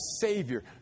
Savior